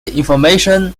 information